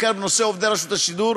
בעיקר בנושא עובדי רשות השידור,